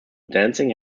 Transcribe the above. dancing